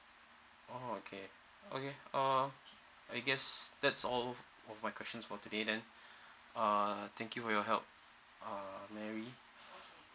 orh okay okay uh I guess that's all my my questions for today then uh thank you for your help uh mary